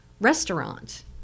restaurant